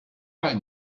like